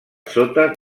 sota